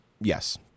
Yes